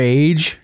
age